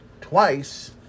twice